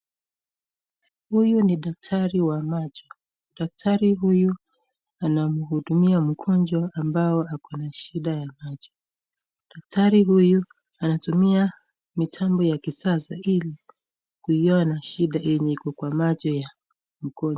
Huyu ni daktari wa macho, daktari huyu anamhudumia mgonjwa ambao ako na shida ya macho, daktari huyu anatumia mitambo ya kisasa ili kuona shida enye iko kwa macho ya mgonjwa.